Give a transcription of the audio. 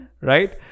Right